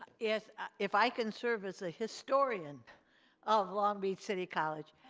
if ah if i can serve as a historian of long beach city college.